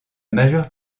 majeure